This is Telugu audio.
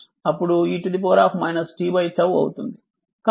v v 0 అప్పుడు e t 𝜏 అవుతుంది